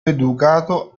educato